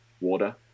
water